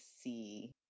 see